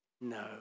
No